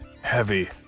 heavy